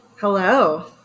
Hello